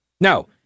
No